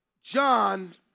John